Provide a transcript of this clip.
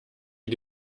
die